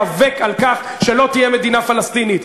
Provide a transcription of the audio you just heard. איאבק על כך שלא תהיה מדינה פלסטינית.